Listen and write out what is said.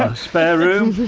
ah spare room?